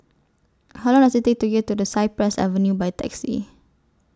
How Long Does IT Take to get to Cypress Avenue By Taxi